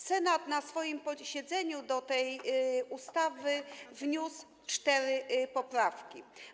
Senat na swoim posiedzeniu do tej ustawy wniósł cztery poprawki.